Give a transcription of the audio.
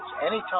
anytime